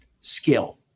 skill